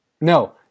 No